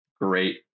great